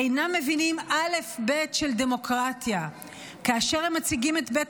אינם מבינים אלף-בית של דמוקרטיה כאשר הם מציגים את בית